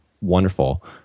wonderful